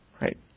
Right